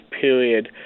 period